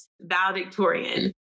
Valedictorian